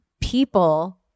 people –